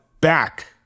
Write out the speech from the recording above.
back